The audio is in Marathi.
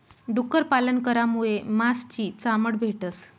डुक्कर पालन करामुये मास नी चामड भेटस